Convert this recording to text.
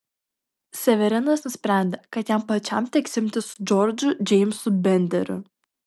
severinas nusprendė kad jam pačiam teks imtis su džordžu džeimsu benderiu